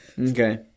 Okay